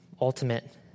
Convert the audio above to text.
ultimate